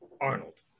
Arnold